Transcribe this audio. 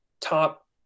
top